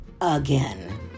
again